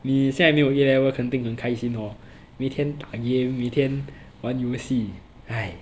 你现在没有 A level 肯定很开心哦每天打 game 每天玩游戏唉